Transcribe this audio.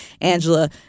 Angela